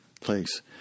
place